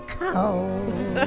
cold